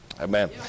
Amen